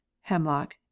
hemlock